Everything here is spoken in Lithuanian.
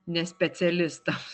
nes specialistams